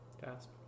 gasp